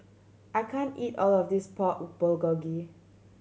I can't eat all of this Pork Bulgogi